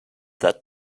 that